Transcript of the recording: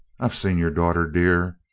i've seen your daughter dear.